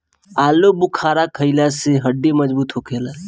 आलूबुखारा खइला से हड्डी मजबूत होखेला